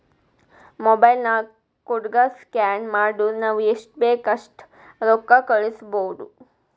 mobile ನಾಗ್ ಕೋಡ್ಗ scan ಮಾಡುರ್ ನಾವ್ ಎಸ್ಟ್ ಬೇಕ್ ಅಸ್ಟ್ ರೊಕ್ಕಾ ಕಳುಸ್ಬೋದ್